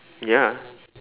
ya